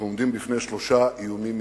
אנחנו עומדים בפני שלושה איומים עיקריים: